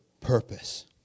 purpose